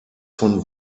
von